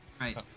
Right